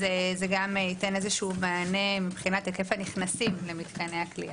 אז זה גם ייתן איזשהו מענה מבחינת היקף הנכנסים למתקני הכליאה.